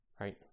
Right